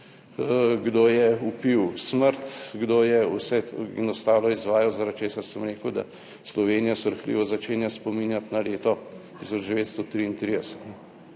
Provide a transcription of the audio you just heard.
kdo je vpil smrt, kdo je vse to in ostalo izvajal, zaradi česar sem rekel, da Slovenija srhljivo začenja spominjati na leto 1933.